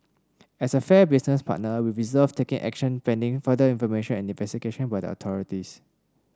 as a fair business partner we reserved taking action pending further information and investigation by the authorities